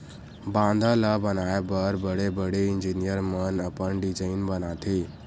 बांधा ल बनाए बर बड़े बड़े इजीनियर मन अपन डिजईन बनाथे